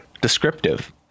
descriptive